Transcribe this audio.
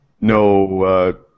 No